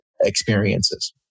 experiences